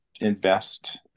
invest